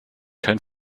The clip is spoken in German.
kein